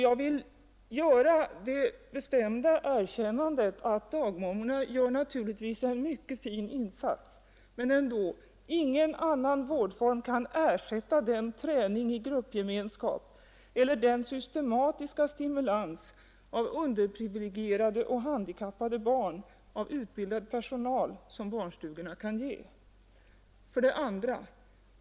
Jag vill utan vidare erkänna att dagmammorna naturligtvis gör en mycket fin insats. Men ändå kan ingen annan vårdform ersätta den träning i gruppgemenskap eller den systematiska stimulans av underprivilegierade och handikappade barn som barnstugorna med deras särskilt utbildade personal kan ge. 2.